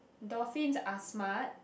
dolphins are smart